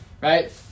right